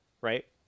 right